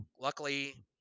luckily